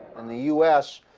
and the u s,